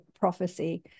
prophecy